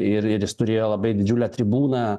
ir ir jis turėjo labai didžiulę tribūną